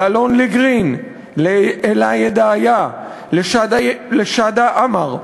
לאלון-לי גרין, לאלה ידעיה, לשאדה עמר,